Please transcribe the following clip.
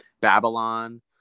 Babylon